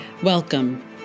Welcome